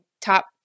top